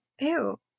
Ew